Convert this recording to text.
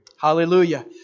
Hallelujah